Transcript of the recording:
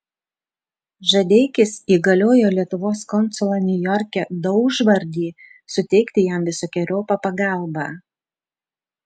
žadeikis įgaliojo lietuvos konsulą niujorke daužvardį suteikti jam visokeriopą pagalbą